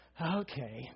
okay